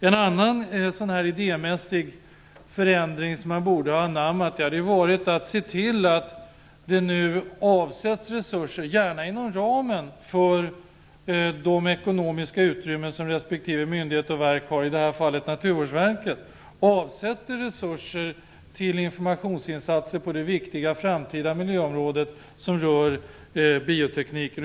En annan idémässig förändring som man borde ha anammat hade varit att se till att det nu avsätts resurser, gärna inom ramen för de ekonomiska utrymmen som respektive myndighet och verk har, i det här fallet Natuvårdsverket, till informationsinsatser på det viktiga framtida miljöområde som rör bioteknik.